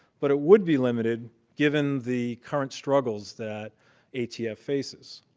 but it would be limited, given the current struggles that atf faces.